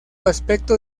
aspecto